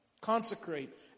consecrate